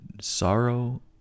sorrow